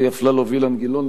אלי אפללו ואילן גילאון,